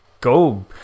go